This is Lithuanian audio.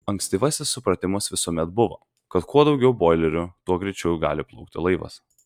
ankstyvasis supratimas visuomet buvo kad kuo daugiau boilerių tuo greičiau gali plaukti laivas